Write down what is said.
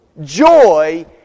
joy